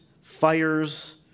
fires